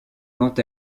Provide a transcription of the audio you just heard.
quant